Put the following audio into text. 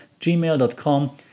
gmail.com